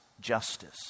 justice